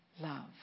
love